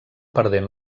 perdent